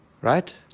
Right